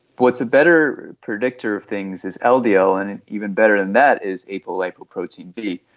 what is a better predictor of things is ah ldl, and even better than that is apolipoprotein b.